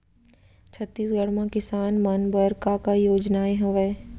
छत्तीसगढ़ म किसान मन बर का का योजनाएं हवय?